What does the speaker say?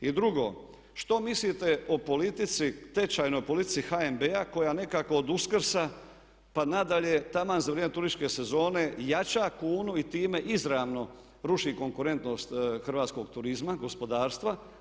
I drugo, što mislite o politici, tečajnoj politici HNB-a koja nekako od Uskrsa pa nadalje taman za vrijeme turističke sezone jača kunu i time izravno ruši konkurentnost hrvatskog turizma, gospodarstva?